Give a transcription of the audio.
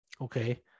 Okay